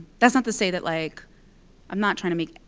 that's not to say that, like i'm not trying to make,